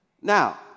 Now